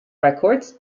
records